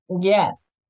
Yes